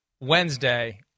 Wednesday